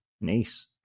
nice